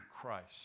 Christ